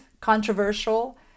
controversial